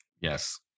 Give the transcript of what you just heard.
Yes